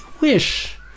wish